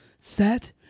set